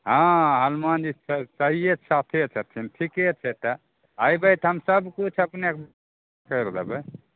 हँ हनुमान जी सहीये साथे छथिन ठीके छै तऽ अयबो तऽ हम सब किछु अपने कैरि देबै